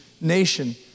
nation